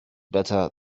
better